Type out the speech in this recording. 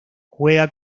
juega